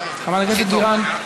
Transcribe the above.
להצבעה.